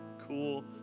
cool